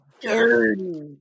dirty